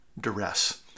duress